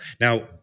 Now